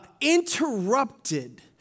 interrupted